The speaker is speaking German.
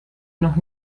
noch